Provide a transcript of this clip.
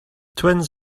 twins